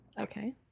Okay